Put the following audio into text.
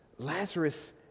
Lazarus